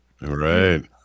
Right